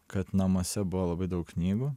kad namuose buvo labai daug knygų